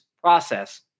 process